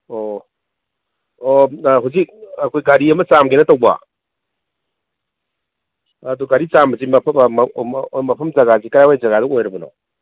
ꯑꯣ ꯑꯣ ꯍꯧꯖꯤꯛ ꯑꯩꯈꯣꯏ ꯒꯥꯔꯤ ꯑꯃ ꯆꯥꯝꯒꯦꯅ ꯇꯧꯕ ꯑꯗꯨ ꯒꯥꯔꯤ ꯆꯥꯝꯕꯁꯤ ꯃꯐꯝ ꯖꯒꯥꯁꯤ ꯀꯗꯥꯏ ꯋꯥꯏ ꯖꯒꯥꯗ ꯑꯣꯏꯔꯕꯅꯣ